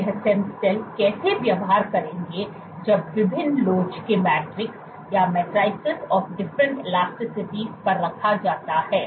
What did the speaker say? ये stem cell कैसे व्यवहार करेंगे जब विभिन्न लोच के मैट्रिसपर रखा जाता है